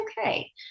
okay